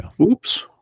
Oops